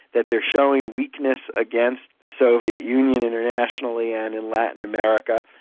that they're showing weakness against the soviet union internationally, and in latin america,